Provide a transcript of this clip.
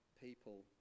people